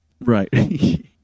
Right